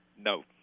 No